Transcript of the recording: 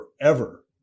forever